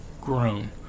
grown